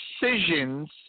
decisions